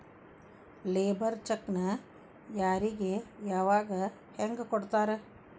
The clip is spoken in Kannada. ಲೇಬರ್ ಚೆಕ್ಕ್ನ್ ಯಾರಿಗೆ ಯಾವಗ ಹೆಂಗ್ ಕೊಡ್ತಾರ?